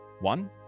One